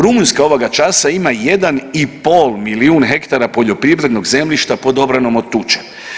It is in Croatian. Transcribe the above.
Rumunjska ovoga časa ima 1,5 milijun hektara poljoprivrednog zemljišta pod obranom od tuče.